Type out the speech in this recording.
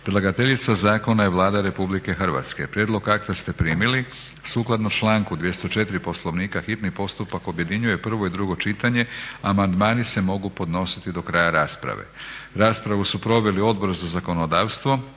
Predlagateljica zakona je Vlada Republike Hrvatske. Prijedlog akta ste primili. Sukladno članku 204. Poslovnika hitni postupak objedinjuje prvo i drugo čitanje. Amandmani se mogu podnositi do kraja rasprave. Raspravu su proveli Odbor za zakonodavstvo